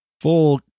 full